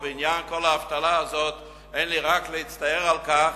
ובעניין כל האבטלה הזאת, אין לי אלא להצטער על כך